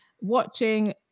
Watching